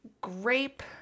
grape